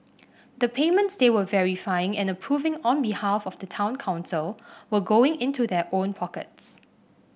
the payments they were verifying and approving on behalf of the town council were going into their own pockets